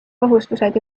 kohustused